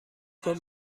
گفت